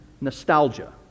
Nostalgia